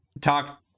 talk